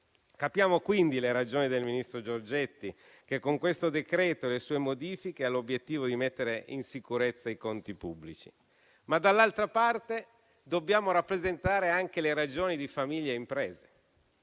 Capiamo quindi le ragioni del ministro Giorgetti, che con questo decreto e le sue modifiche ha l'obiettivo di mettere in sicurezza i conti pubblici. Dall'altra parte, però, dobbiamo rappresentare anche le ragioni di famiglie e imprese,